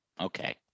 okay